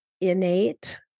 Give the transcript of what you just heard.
innate